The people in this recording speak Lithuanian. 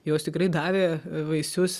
jos tikrai davė vaisius